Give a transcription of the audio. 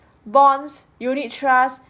bonds unit trust